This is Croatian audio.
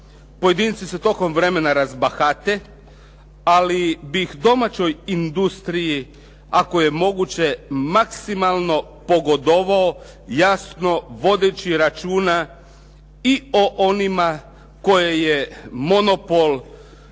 pojedinci se tokom vremena razbahate ali bih domaćoj industriji ako je moguće maksimalno pogodovao jasno vodeći računa i o onima koje je monopol